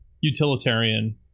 utilitarian